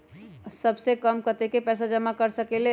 सबसे कम कतेक पैसा जमा कर सकेल?